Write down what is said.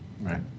right